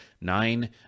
nine